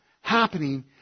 happening